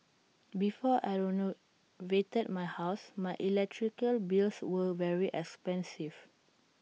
before I renovated my house my electrical bills were very expensive